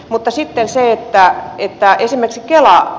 mutta sitten esimerkiksi kela